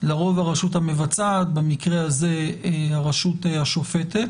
לרוב של הרשות המבצעת, במקרה הזה של הרשות השופטת.